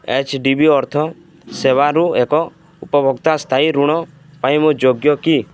H D B ଅର୍ଥ ସେବାରୁ ଏକ ଉପଭୋକ୍ତା ସ୍ଥାୟୀ ଋଣ ପାଇଁ ମୁଁ ଯୋଗ୍ୟ କି